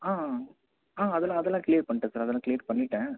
ஆ ஆ அதலாம் அதல்லாம் க்ளியர் பண்ணிட்டேன் சார் அதெல்லாம் க்ளியர் பண்ணிட்டேன்